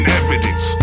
evidence